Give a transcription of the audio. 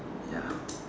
ya